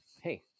hey